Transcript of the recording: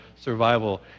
survival